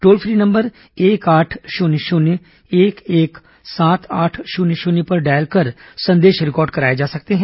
toll free number एक आठ शून्य शून्य एक एक सात आठ शून्य शून्य पर डायल कर संदेश रिकॉर्ड कराये जा सकते हैं